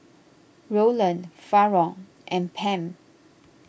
Roland Faron and Pam